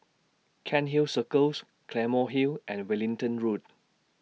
Cairnhill Circles Claymore Hill and Wellington Road